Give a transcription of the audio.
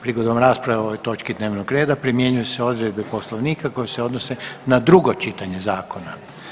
Prigodom rasprave o ovoj točki dnevnog reda primjenjuju se odredbe Poslovnika koje se odnose na drugo čitanje zakona.